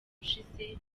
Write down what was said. ushize